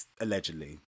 allegedly